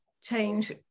change